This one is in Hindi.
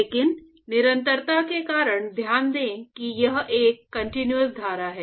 लेकिन निरंतरता के कारण ध्यान दें कि यह एक कंटीन्यूअस धारा है